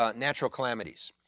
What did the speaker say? ah natural calamities,